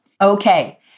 Okay